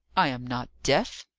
i am not deaf.